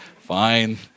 Fine